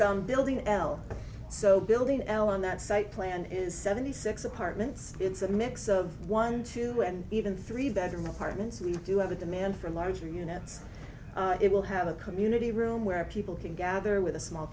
sound building l so building l on that site plan is seventy six apartments it's a mix of one two and even three bedroom apartments we do have a demand for larger units it will have a community room where people can gather with a small